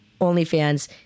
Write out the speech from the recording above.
OnlyFans